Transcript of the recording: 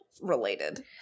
related